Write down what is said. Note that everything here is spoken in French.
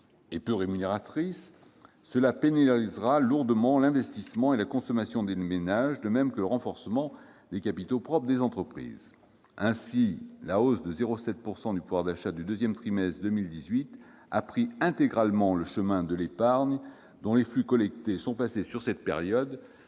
et peu rémunératrice, cela pénalisera lourdement l'investissement et la consommation des ménages, de même que le renforcement des capitaux propres des entreprises. Ainsi, la hausse de 0,7 % de pouvoir d'achat du deuxième trimestre de 2018 a pris intégralement le chemin de l'épargne, dont les flux collectés sont passés sur cette période